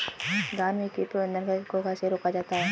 धान में कीट प्रबंधन को कैसे रोका जाता है?